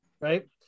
Right